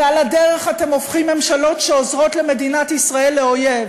ועל הדרך אתם הופכים ממשלות שעוזרות למדינת ישראל לאויב.